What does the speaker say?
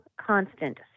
constant